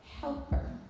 helper